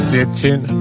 Sitting